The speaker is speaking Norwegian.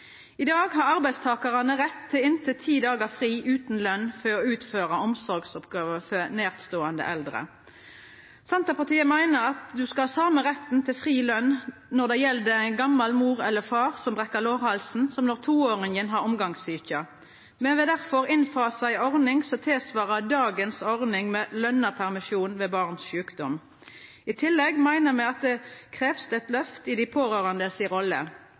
i den enkelte kommunen. I dag har arbeidstakarane rett til inntil ti dagar fri utan løn for å utføra omsorgsoppgåver for nærståande eldre. Senterpartiet meiner at den same retten til fri med løn når ei gamal mor eller ein gamal far brekker lårhalsen, skal gjelda på same måte som når toåringen har omgangssjuke. Me vil derfor innfasa ei ordning som tilsvarar dagens ordning med lønt permisjon ved barns sjukdom. I tillegg meiner me at det krevst eit lyft for dei pårørande